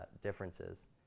differences